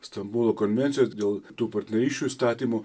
stambulo konvencijos dėl tų partnerysčių įstatymo